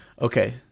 Okay